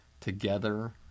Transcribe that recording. Together